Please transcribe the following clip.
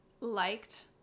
liked